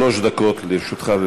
שלוש דקות לרשותך.